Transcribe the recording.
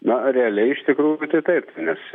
na realiai iš tikrųjų tai taip nes